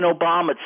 Obama